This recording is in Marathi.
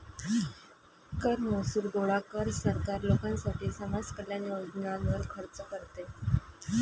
कर महसूल गोळा कर, सरकार लोकांसाठी समाज कल्याण योजनांवर खर्च करते